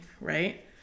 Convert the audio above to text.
right